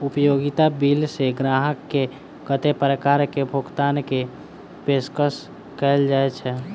उपयोगिता बिल सऽ ग्राहक केँ कत्ते प्रकार केँ भुगतान कऽ पेशकश कैल जाय छै?